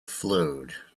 flowed